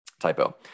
Typo